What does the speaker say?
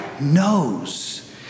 knows